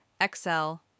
Excel